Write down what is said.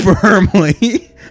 firmly